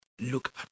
look